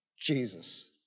Jesus